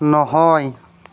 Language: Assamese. নহয়